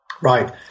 Right